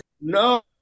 No